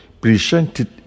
presented